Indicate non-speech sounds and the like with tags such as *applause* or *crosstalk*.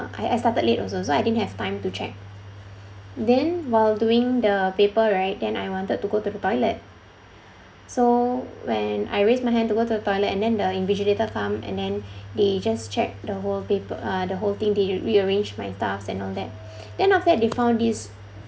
I I started late also so I didn't have time to check then while doing the paper right then I wanted to go to the toilet so when I raise my hand to go to the toilet and then the invigilator come and then *breath* they just check the whole paper uh the whole thing they re~ rearranged my task and all that *noise* then after that they found this